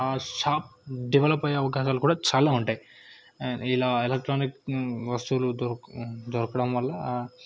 ఆ shop develop అయ్యే అవకాశాలు కూడా చాలా ఉంటాయి అండ్ ఇలా ఎలక్ట్రానిక్ వస్తువులు దొరక దొరకడం వల్ల